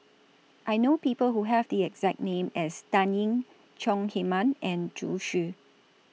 I know People Who Have The exact name as Dan Ying Chong Heman and Zhu Xu